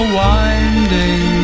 winding